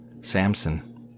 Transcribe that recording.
Samson